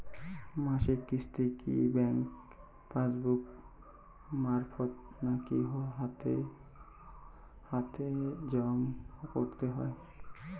মাসিক কিস্তি কি ব্যাংক পাসবুক মারফত নাকি হাতে হাতেজম করতে হয়?